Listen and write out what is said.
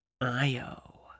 io